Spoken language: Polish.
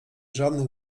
żadnych